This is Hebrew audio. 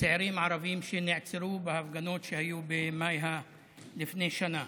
לצעירים ערבים שנעצרו בהפגנות שהיו במאי לפני שנה.